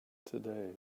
today